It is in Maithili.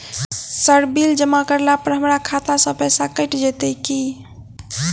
सर बिल जमा करला पर हमरा खाता सऽ पैसा कैट जाइत ई की?